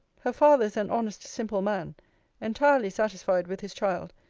her father is an honest simple man entirely satisfied with his child,